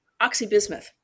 oxybismuth